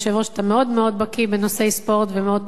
אתה מאוד מאוד בקי בנושאי ספורט ומאוד תומך.